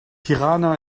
tirana